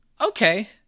Okay